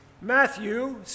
Matthew